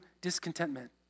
discontentment